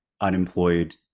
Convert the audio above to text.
unemployed